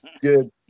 good